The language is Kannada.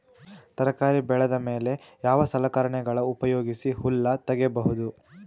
ತರಕಾರಿ ಬೆಳದ ಮೇಲೆ ಯಾವ ಸಲಕರಣೆಗಳ ಉಪಯೋಗಿಸಿ ಹುಲ್ಲ ತಗಿಬಹುದು?